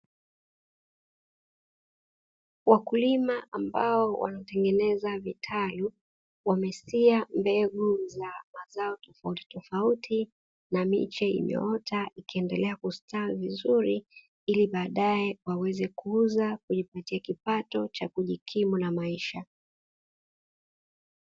Wakulima ambao wametengeneza vitalu, wamesia mbegu za mazao tofautitofauti na miche imeota ikiendelea kustawi vizuri ili baadae waweze kuuza kujipatia kipato cha kujikimu na maisha.